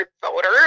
voter